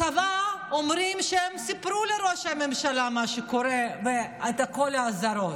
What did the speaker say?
הצבא אומר שהוא סיפר לראש הממשלה על מה קורה ועל כל האזהרות,